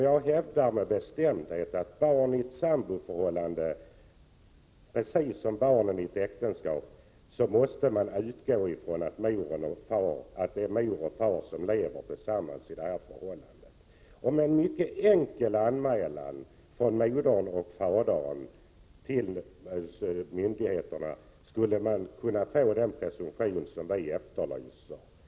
Jag hävdar med bestämdhet att i ett samboförhållande, precis som i ett äktenskap, måste man utgå från att det är mor och far som lever tillsammans i ett förhållande. Med en mycket enkel anmälan från modern och fadern till myndigheterna skulle man kunna få den presumtion som vi efterlyser.